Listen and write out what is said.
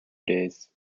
days